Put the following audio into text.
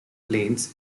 plains